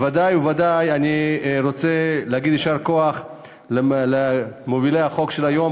ודאי וודאי שאני רוצה להגיד יישר כוח למובילי החוק של היום.